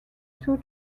two